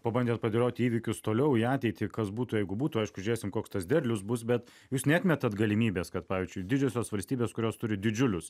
pabandėt padėlioti įvykius toliau į ateitį kas būtų jeigu būtų aišku žiūrėsim koks tas derlius bus bet jūs neatmetat galimybės kad pavyzdžiui didžiosios valstybės kurios turi didžiulius